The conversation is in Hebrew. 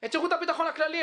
את שירות הביטחון הכללי,